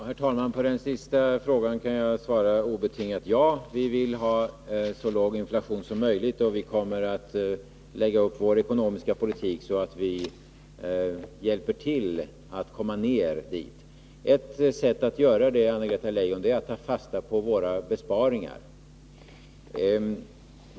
Herr talman! På den senaste frågan kan jag svara obetingat ja. Vi vill ha så låginflation som möjligt, och vi kommer att lägga upp vår ekonomiska politik så att vi hjälper till att nå dithän. Ett sätt att göra det, Anna-Greta Leijon, är att ta fasta på våra besparingsförslag.